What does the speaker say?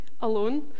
alone